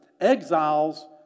exiles